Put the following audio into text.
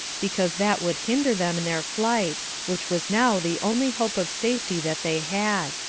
because that would hinder them in their flight, which was now the only hope of safety that they had.